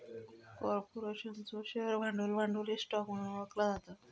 कॉर्पोरेशनचो शेअर भांडवल, भांडवली स्टॉक म्हणून ओळखला जाता